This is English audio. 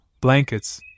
blankets